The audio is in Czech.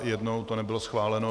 Jednou to nebylo schváleno.